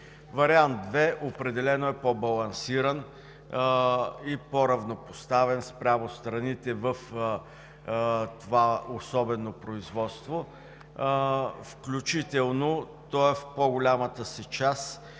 определено е по-балансиран и по-равнопоставен спрямо страните в това особено производство, включително то в по-голямата си част